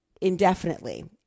indefinitely